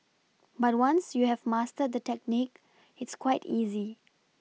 but once you have mastered the technique it's quite easy